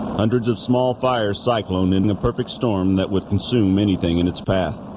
hundreds of small fire cyclone in the perfect storm, that would consume anything in its path